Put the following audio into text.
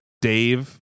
dave